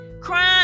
crying